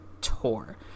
Tour